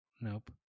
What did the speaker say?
Nope